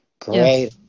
great